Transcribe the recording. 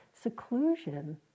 seclusion